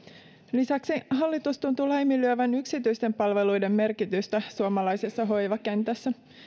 lisäksi hallitus tuntuu laiminlyövän yksityisten palveluiden merkitystä suomalaisessa hoivakentässä